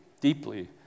deeply